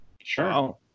Sure